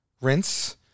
rinse